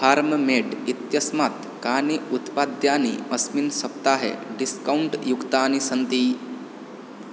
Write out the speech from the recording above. farm made इत्यस्माात् कानि उत्पाद्यानि अस्मिन् सप्ताहे डिस्कौण्ट् युक्तानि सन्ति